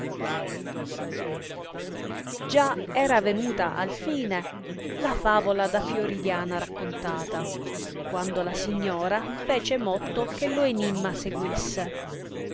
già era venuta al fine la favola da fiordiana raccontata quando la signora fece motto che lo enimma seguisse